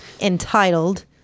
entitled